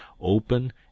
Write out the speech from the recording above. open